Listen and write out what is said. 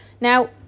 now